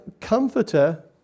comforter